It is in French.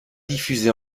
diffusée